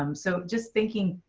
um so just thinking,